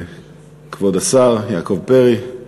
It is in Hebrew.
כבוד השר יעקב פרי,